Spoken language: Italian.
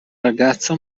ragazza